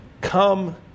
come